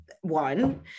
one